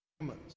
humans